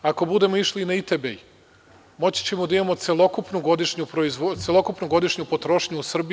Ako budemo išli na Itebej, moći ćemo da imamo celokupnu godišnju potrošnju u Srbiji.